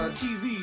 tv